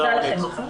תודה לכם.